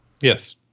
Yes